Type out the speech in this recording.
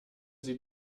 sie